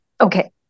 Okay